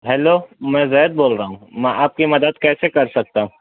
hello میں زید بول رہا ہوں میں آپ کی مدد کیسے کر سکتا ہوں